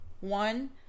one